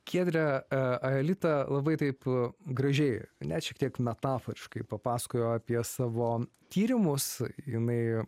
giedre aelita labai taip gražiai net šiek tiek metaforiškai papasakojo apie savo tyrimus jinai